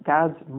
God's